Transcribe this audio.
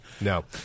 No